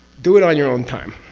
do it on your own time.